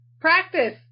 practice